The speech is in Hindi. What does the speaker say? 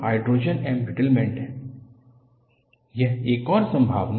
हाइड्रोजन एंब्रिटलमेंट अगली प्रक्रिया हाइड्रोजन एंब्रिटलमेंट है